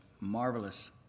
marvelous